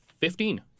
Fifteen